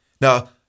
now